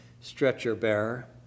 stretcher-bearer